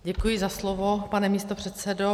Děkuji za slovo, pane místopředsedo.